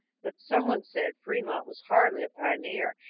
but some one said fremont was hardly a pioneer,